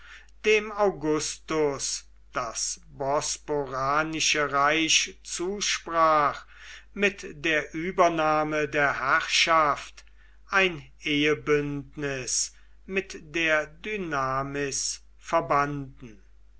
dem augustus das bosporanische reich zusprach mit der übernahme der herrschaft ein ehebündnis mit der